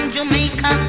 Jamaica